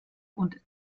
und